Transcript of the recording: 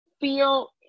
feel